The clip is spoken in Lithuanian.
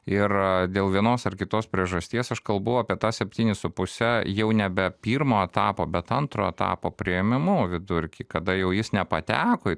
ir dėl vienos ar kitos priežasties aš kalbu apie tą septynis su puse jau nebe pirmo etapo bet antro etapo priėmimu vidurkį kada jau jis nepateko